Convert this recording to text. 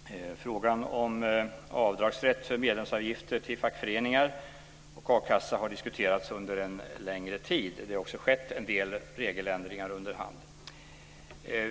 Fru talman! Frågan om avdragsrätt för medlemsavgifter till fackföreningar och a-kassa har diskuterats under en längre tid, och en del regeländringar har skett under hand.